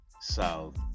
South